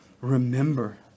remember